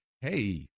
Hey